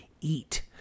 eat